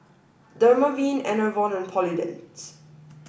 Dermaveen Enervon and Polident